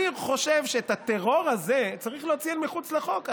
אני חושב שאת הטרור הזה צריך להוציא אל מחוץ לחוק,